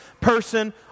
person